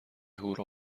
هورا